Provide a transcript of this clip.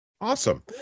Awesome